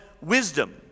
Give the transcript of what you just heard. wisdom